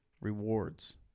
rewards